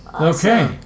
Okay